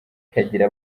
kagira